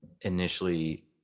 initially